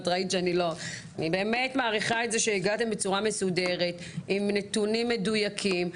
אני באמת מעריכה את זה שהגעתם בצורה מסודרת עם נתונים מדויקים.